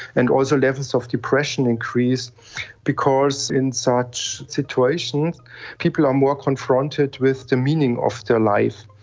and also levels of depression increase because in such situations people are more confronted with the meaning of their lives.